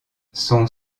son